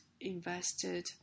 invested